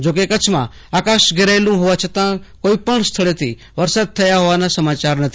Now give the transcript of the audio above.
જો કેકચ્છમાં આકાશ ઘેરાયેલું હોવા છતાં કોઈ પણ સ્થળેથી વરસાદ થતા હોવાના સમાચાર નથી